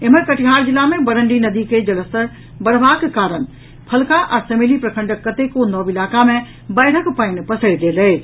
एम्हर कटिहार जिला मे बरंडी नदी के जलस्तर बढ़वाक कारण फल्का आ समेली प्रखंडक कतेको नव इलाका मे बाढ़िक पानि पसरि गेल अछि